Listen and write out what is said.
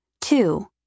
Two